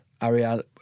Ariel